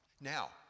Now